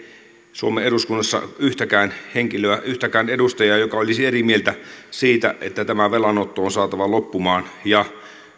suomen eduskunnassa yhtäkään henkilöä yhtäkään edustajaa joka olisi eri mieltä siitä että tämä velanotto on saatava loppumaan ja